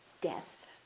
Death